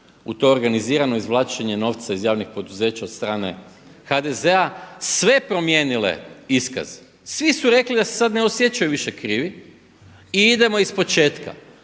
u to organizirano izvlačenje novca iz javnih poduzeća od strane HDZ-a sve promijenile iskaz. Svi su sad rekli da se sad ne osjećaju više krivi i idemo ispočetka.